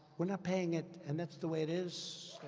we're not paying it. and that's the way it is.